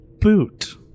boot